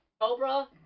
Cobra